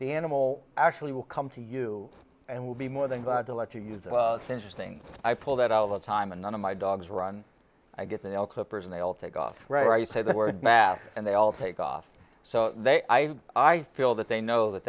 the animal actually will come to you and will be more than glad to let you use the senses thing i pulled out all the time and none of my dogs run i get the nail clippers and they all take off right i say the word mass and they all take off so they i i feel that they know that